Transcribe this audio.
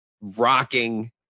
rocking